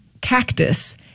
cactus